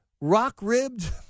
rock-ribbed